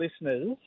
listeners